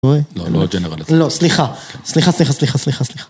לא, לא ג'נרלס. לא, סליחה. סליחה סליחה סליחה סליחה.